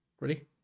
Ready